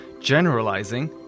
generalizing